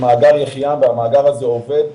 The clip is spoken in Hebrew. הלאה.